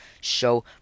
show